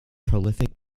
prolific